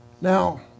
Now